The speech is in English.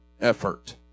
effort